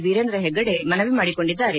ವೀರೇಂದ್ರ ಹೆಗ್ಗಡೆ ಮನವಿ ಮಾಡಿಕೊಂಡಿದ್ದಾರೆ